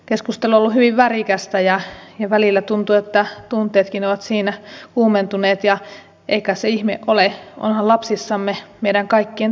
keskustelu on ollut hyvin värikästä ja välillä tuntuu että tunteetkin ovat siinä kuumentuneet ja ei kai se ihme ole onhan lapsissamme meidän kaikkien tulevaisuus